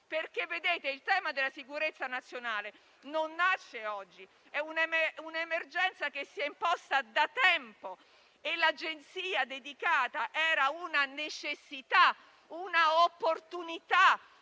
perché il tema della sicurezza nazionale non nasce oggi, ma è un'emergenza che si è imposta da tempo. L'Agenzia dedicata era una necessità e un'opportunità